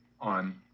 on